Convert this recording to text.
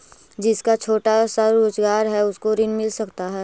जिसका छोटा सा रोजगार है उसको ऋण मिल सकता है?